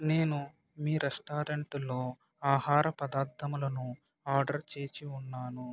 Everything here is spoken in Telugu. నేను మీ రెస్టారెంట్లో ఆహార పదార్ధాములను ఆర్డర్ చేసి ఉన్నాను